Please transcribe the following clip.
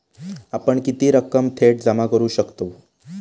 आपण किती रक्कम थेट जमा करू शकतव?